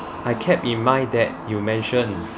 I kept in mind that you mention